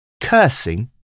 cursing